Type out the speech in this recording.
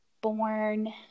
born